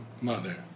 Mother